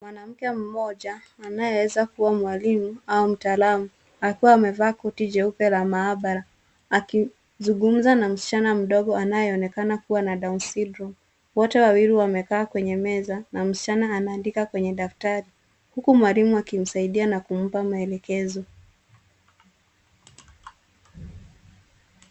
Mwanamke mmoja anayeweza kuwa mwalimu au mtaalam akiwa amevaa koti jeupe la maabara, akizungumza na msichana mdogo anayeonekana kuwa na Down's syndrome .Wote wawili wamekaa kwenye meza, na msichana anaandika kwenye daftari, huku mwalimu akimsaidia na kumpa maelekezo.